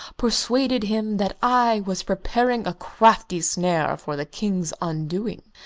persuaded him that i was preparing a crafty snare for the king's undoing.